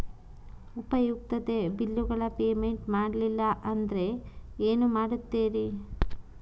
ಉಪಯುಕ್ತತೆ ಬಿಲ್ಲುಗಳ ಪೇಮೆಂಟ್ ಮಾಡಲಿಲ್ಲ ಅಂದರೆ ಏನು ಮಾಡುತ್ತೇರಿ?